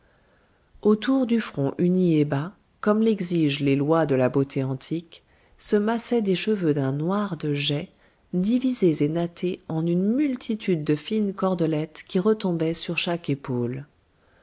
autour du front uni et bas comme l'exigent les lois de la beauté antique se massaient des cheveux d'un noir de jais divisés et nattés en une multitude de fines cordelettes qui retombaient sur chaque épaule